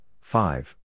five